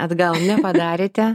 atgal nepadarėte